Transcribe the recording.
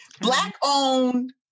Black-owned